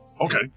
Okay